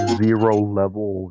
zero-level